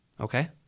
Okay